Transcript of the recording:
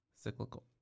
Cyclical